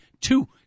two